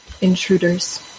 intruders